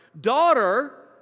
Daughter